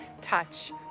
touch